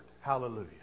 Hallelujah